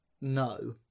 no